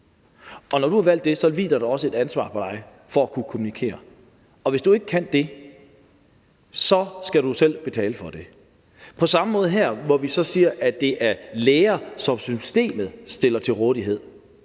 Og når du har valgt det, hviler der også et ansvar på dig for at kunne kommunikere, og hvis ikke du kan det, skal du selv betale for det. På samme måde her, hvor vi siger, at det er læger, som systemet stiller til rådighed,